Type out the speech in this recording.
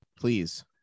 please